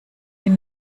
hier